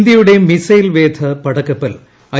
ഇന്തൃയുടെ മിസൈൽ വേധ പടക്കപ്പൽ ഐ